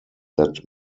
that